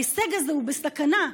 ההישג הזה הוא בסכנה.